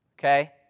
Okay